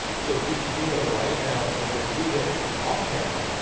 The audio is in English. so being able to write it down, and then read it off camera,